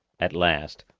at last,